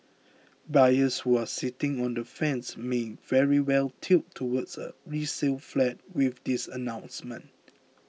buyers who are sitting on the fence may very well tilt towards a resale flat with this announcement